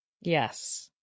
Yes